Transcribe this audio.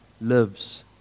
lives